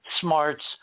smarts